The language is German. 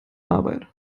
arbeit